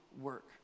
work